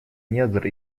недр